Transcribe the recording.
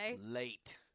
Late